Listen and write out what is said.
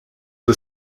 the